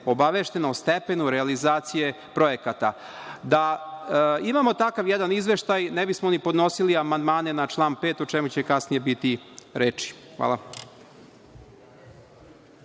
obaveštena o stepenu realizacije projekata. Da imamo takav jedan izveštaj, ne bismo ni podnosili amandmane na član 5, o čemu će kasnije biti reči. Hvala.